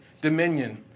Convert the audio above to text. dominion